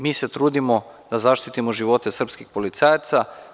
Mi se trudimo da zaštitimo živote srpskih policajaca.